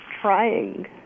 trying